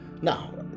Now